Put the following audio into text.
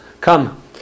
come